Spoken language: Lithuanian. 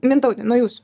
mintaute nuo jūs